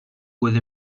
with